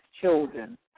children